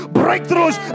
breakthroughs